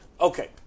Okay